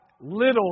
little